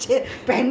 ya